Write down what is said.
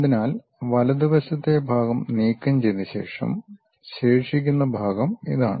അതിനാൽ വലതുവശത്തെ ഭാഗം നീക്കം ചെയ്ത ശേഷം ശേഷിക്കുന്ന ഭാഗം ഇതാണ്